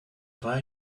why